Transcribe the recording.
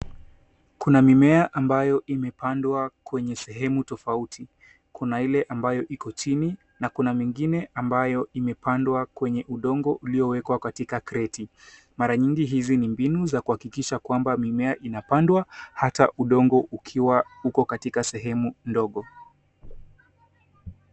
Kuna mimea ambayo imepandwa kwenye sehemu tofauti. Kuna ile ambayo iko chini na kuna mengine ambayo imepandwa kwenye udongo uliowekwa katika krate. Mara nyingi hizi ni mbinu za kuhakikisha kwamba mimea inapandwa hata udongo ukiwa uko katika sehemu ndogo.